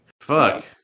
fuck